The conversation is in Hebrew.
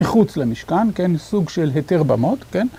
מחוץ למשכן, כן, סוג של היתר במות, כן.